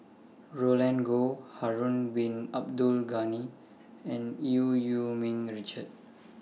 Roland Goh Harun Bin Abdul Ghani and EU Yee Ming Richard